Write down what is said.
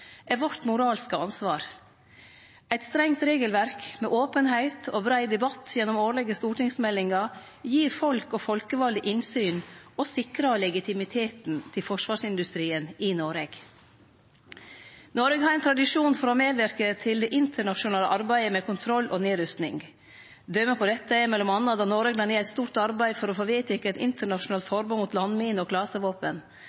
er vårt moralske ansvar. Eit strengt regelverk, med openheit og brei debatt gjennom årlege stortingsmeldingar, gir folk og folkevalde innsyn og sikrar legitimiteten til forsvarsindustrien i Noreg. Noreg har tradisjon for å medverke til det internasjonale arbeidet med kontroll og nedrusting. Døme på dette er m.a. då Noreg la ned eit stort arbeid for å få vedteke eit internasjonalt